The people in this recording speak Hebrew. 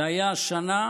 זה היה שנה